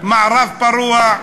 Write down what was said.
מערב פרוע.